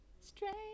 Strange